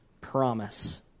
promise